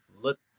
look